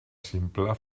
simple